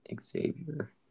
Xavier